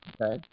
Okay